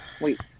Wait